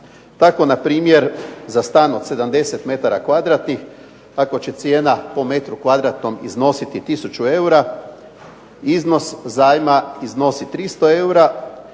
Tako npr. za stan od 70 metara kvadratnih ako će cijena po metru kvadratnom iznositi tisuću eura, iznos zajma iznosi 300 eura,